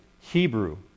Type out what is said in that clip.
Hebrew